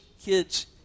kids